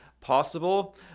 possible